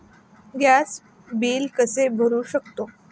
Gas bill कसे भरू शकतो?